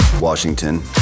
Washington